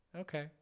okay